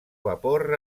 vapor